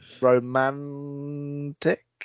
romantic